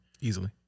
Easily